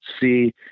see